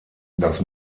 das